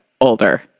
older